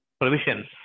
provisions